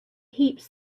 heaps